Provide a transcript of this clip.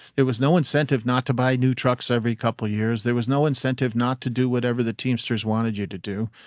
there was no incentive not to buy new trucks every couple of years. there was no incentive not to do whatever the teamsters wanted you to do.